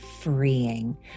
freeing